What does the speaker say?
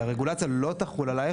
שהרגולציה לא תחול עלך,